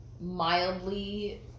mildly